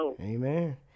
Amen